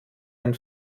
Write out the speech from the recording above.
ein